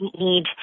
need